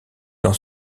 dans